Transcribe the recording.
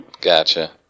Gotcha